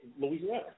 Louisiana